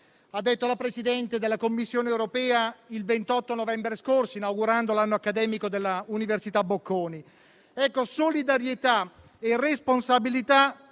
ha detto il Presidente della Commissione europea il 28 novembre scorso, inaugurando l'anno accademico dell'università Bocconi. Solidarietà e responsabilità